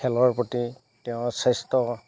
খেলৰ প্ৰতি তেওঁৰ স্বাস্থ্য